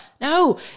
no